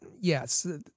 yes